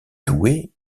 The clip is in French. doué